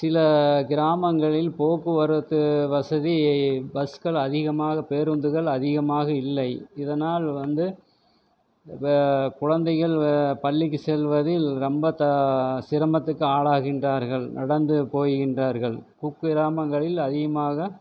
சில கிராமங்களில் போக்குவரத்து வசதி பஸ்கள் அதிகமாக பேருந்துகள் அதிகமாக இல்லை இதனால் வந்து இப்போ குழந்தைகள் பள்ளிக்கு செல்வதில் ரொம்ப சிரமத்துக்கு ஆளாகின்றார்கள் நடந்து போகின்றார்கள் குக்கிராமங்களில் அதிகமாக